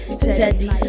Teddy